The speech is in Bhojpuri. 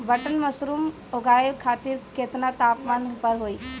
बटन मशरूम उगावे खातिर केतना तापमान पर होई?